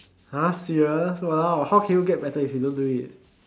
!huh! serious !walao! how can you get better if you don't do it